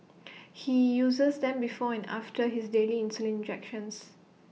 he uses them before and after his daily insulin injections